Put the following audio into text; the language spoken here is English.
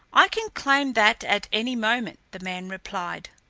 i can claim that at any moment, the man replied.